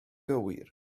gywir